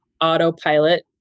autopilot